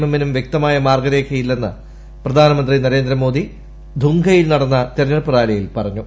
M നും വൃക്ത്യമായ് മാർഗ്ഗരേഖയില്ലെന്ന് പ്രധാനമന്ത്രി നരേന്ദ്രമോദി ധുംകയിൽ നടന്ന തെരഞ്ഞെടുപ്പ് റാലിയിൽ പറഞ്ഞു